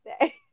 say